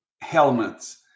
helmets